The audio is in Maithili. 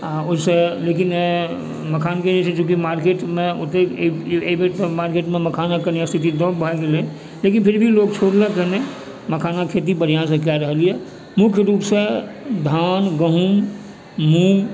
आओर ओहिसँ लेकिन मखानके जे छै से चूँकि मार्केटमे ओतेक एहि बेर तऽ मार्केटमे मखानके स्थिति कने दऽब भए गेलै लेकिन फिर भी लोक छोड़लकैहँ नहि मखानके खेती बढ़िआँसँ कऽ रहल अइ मुख्य रुपसँ धान गहुम मूङ्ग